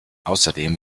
außerdem